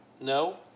No